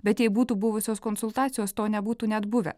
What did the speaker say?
bet jei būtų buvusios konsultacijos to nebūtų net buvę